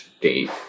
date